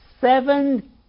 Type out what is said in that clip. Seven